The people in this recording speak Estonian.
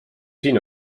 siin